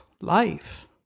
life